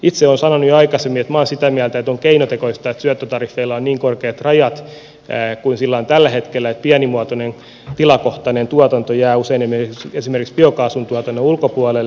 itse olen sanonut jo aikaisemmin että minä olen sitä mieltä että on keinotekoista että syöttötariffeilla on niin kor keat rajat kuten niillä on tällä hetkellä että pienimuotoinen tilakohtainen tuotanto jää usein esimerkiksi biokaasun tuotannon ulkopuolelle